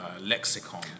lexicon